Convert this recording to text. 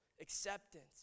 acceptance